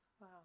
Wow